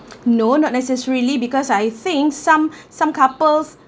no not necessarily because I think some some couples